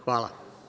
Hvala.